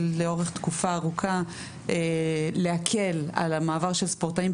לאורך תקופה ארוכה להקל על המעבר של ספורטאים,